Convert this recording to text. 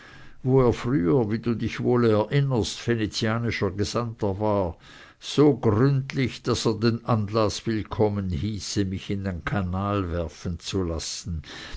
wo er früher wie du dich wohl erinnerst venezianischer gesandter war so gründlich daß er den anlaß willkommen hieße mich in den kanal werfen zu lassen